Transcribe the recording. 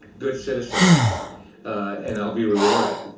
good citizen and i'll be rewarded.